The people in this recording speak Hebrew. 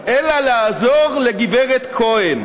אלא לעזור לגברת כהן."